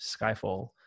Skyfall